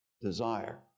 desire